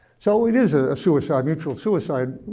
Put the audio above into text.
so it is a suicide, mutual suicide,